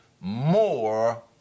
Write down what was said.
more